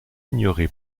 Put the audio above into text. ignoré